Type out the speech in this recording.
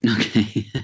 Okay